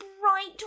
bright